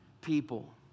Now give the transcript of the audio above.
People